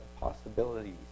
possibilities